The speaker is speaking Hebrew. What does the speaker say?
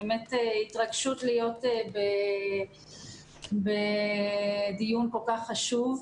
באמת התרגשות להיות בדיון כל כך חשוב.